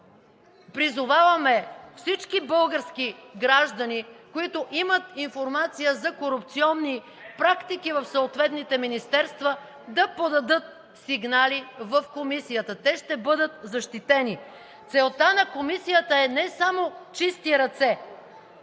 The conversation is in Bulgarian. Призоваваме всички български граждани, които имат информация за корупционни практики в съответните министерства, да подадат сигнали в комисията! Те ще бъдат защитени. Целта на комисията е не само чисти ръце,